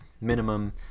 minimum